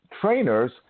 trainers